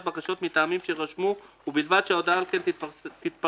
בקשות מטעמים שיירשמו ובלבד שהודעה על כך תפורסם